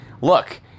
Look